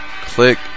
Click